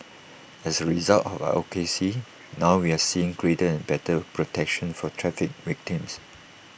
as A result of our advocacy now we are seeing greater and better protection for traffic victims